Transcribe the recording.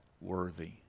worthy